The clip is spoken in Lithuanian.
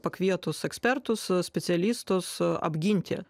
pakvietus ekspertus specialistus apginti